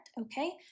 okay